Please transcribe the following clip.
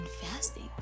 fasting